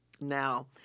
now